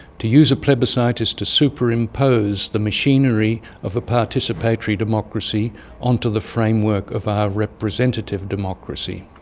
to use a plebiscite is to superimpose the machinery of ah participatory democracy onto the framework of our representative democracy.